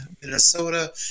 Minnesota